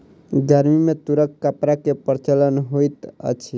गर्मी में तूरक कपड़ा के प्रचलन होइत अछि